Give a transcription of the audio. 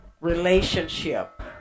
relationship